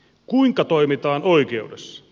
kuinka toimitaan oikeudessa